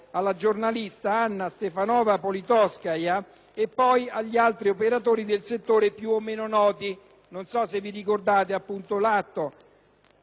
alla giornalista Anna Stepanovna Politkovskaja e poi agli altri operatori del settore, più e meno noti. Non so se ricordate il fatto.